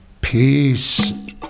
Peace